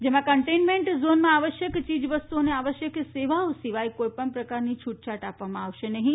જેમાં કન્ટેઈમેન્ટ ઝોનમાં આવશ્યક ચીજવસ્તુઓ અને આવશ્યક સેવાઓ સિવાય કોઈપણ પ્રકારની છૂટછાટ આપવામાં આવશે નહીં